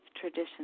tradition